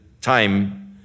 time